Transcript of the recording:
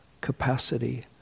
capacity